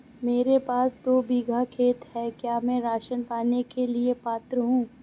मेरे पास दो बीघा खेत है क्या मैं राशन पाने के लिए पात्र हूँ?